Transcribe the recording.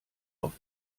auf